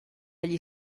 gli